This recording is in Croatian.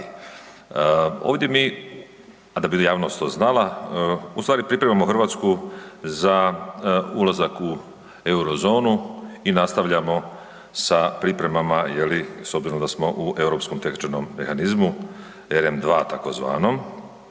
Ovdje mi, a da bi jasnost to znala, ustvari pripremamo Hrvatsku za ulazak u Eurozonu i nastavljamo sa pripremama, je li, s obzirom da smo u europskom tečajnom mehanizmu, ERM 2 tzv.,